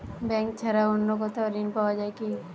Bank ছাড়া অন্য কোথাও ঋণ পাওয়া যায় কি?